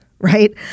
Right